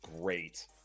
great